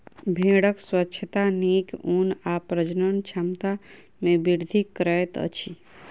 भेड़क स्वच्छता नीक ऊन आ प्रजनन क्षमता में वृद्धि करैत अछि